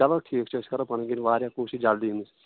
چلو ٹھیٖک چھِ أسۍ کَرو پَنٕںۍ کِنۍ واریاہ کوٗشِش جَلدی یِنٕچ